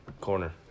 corner